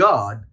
God